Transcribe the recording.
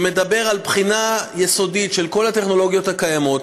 שמדבר על בחינה יסודית של כל הטכנולוגיות הקיימות,